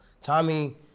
Tommy